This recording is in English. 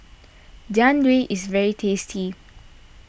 Jian Dui is very tasty